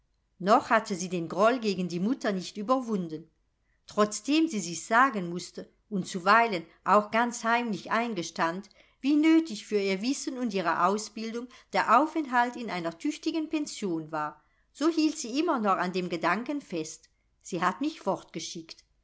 noch hatte sie den groll gegen die mutter nicht überwunden trotzdem sie sich sagen mußte und zuweilen auch ganz heimlich eingestand wie nötig für ihr wissen und ihre ausbildung der aufenthalt in einer tüchtigen pension war so hielt sie immer noch an dem gedanken fest sie hat mich